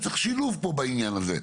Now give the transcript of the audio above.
צריך שילוב פה בעניין הזה.